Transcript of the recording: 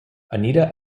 anita